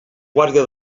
guàrdia